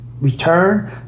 Return